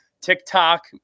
TikTok